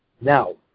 Now